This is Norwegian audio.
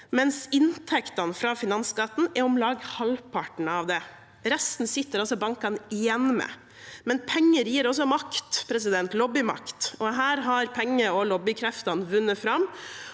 mens inntektene fra finansskatten er om lag halvparten av det. Resten sitter altså bankene igjen med. Penger gir også makt – lobbymakt. Her har pengeog lobbykreftene vunnet fram,